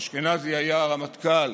אשכנזי היה רמטכ"ל